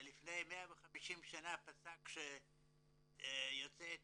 שלפני 150 שנה פסק שיוצאי אתיופיה,